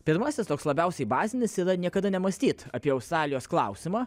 pirmasis toks labiausiai bazinis yra niekada nemąstyt apie australijos klausimą